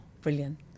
brilliant